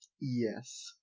Yes